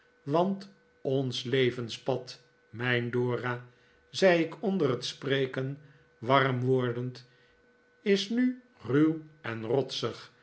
want ons levenspad mijn dora zei ik onder het spreken warm wordend is nu ruw en rotsig